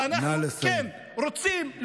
ואנחנו כן רוצים,